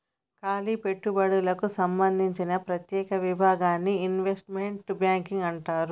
కాలి పెట్టుబడులకు సంబందించిన ప్రత్యేక విభాగాన్ని ఇన్వెస్ట్మెంట్ బ్యాంకింగ్ అంటారు